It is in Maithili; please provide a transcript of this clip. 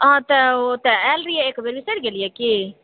अ तऽ ओतऽ आयल रहिए एक बेर बिसरि गेलिए कि